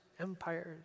empires